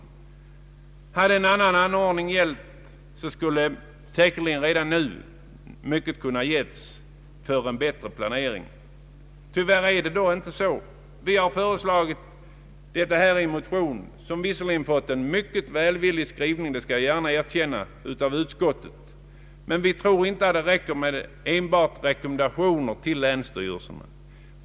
Om länsstyrelserna på ett tidigt stadium hade fått ett sådant besked hade vi säkert i dag i många stycken haft en bättre ordning i fråga om planeringen. Tyvärr är det nu inte så. Vi har föreslagit detta i en motion, som visserligen fått en mycket välvillig skrivning av utskottet — det erkänner jag gärna. Vi tror dock inte att det räcker med enbart rekommendationer till länsstyrelserna.